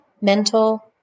mental